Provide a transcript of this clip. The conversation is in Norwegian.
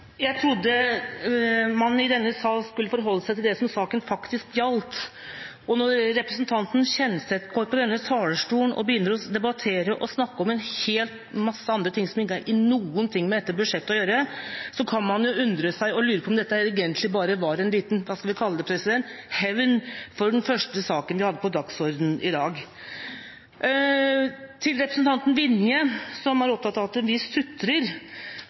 Jeg trodde man i denne sal skulle forholde seg til det som saken faktisk gjaldt. Når representanten Kjenseth går opp på denne talerstolen og begynner å debattere og snakke om helt andre ting, ting som ikke har noe med dette budsjettet å gjøre, kan man undre seg og lure på om dette egentlig bare var en liten – hva skal man kalle det – hevn for den første saken vi hadde på dagsordenen i dag. Til representanten Vinje, som var opptatt av at vi sutrer